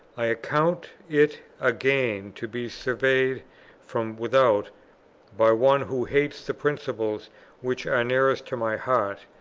i account it a gain to be surveyed from without by one who hates the principles which are nearest to my heart,